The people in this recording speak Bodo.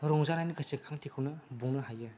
रंजानायनि गोसोखांथिखौनो बुंनो हायो